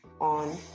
on